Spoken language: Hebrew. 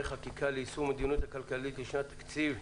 חקיקה ליישום המדיניות הכלכלית לשנת התקציב 2019)